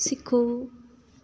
ਸਿੱਖੋ